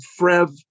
Frev